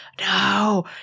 no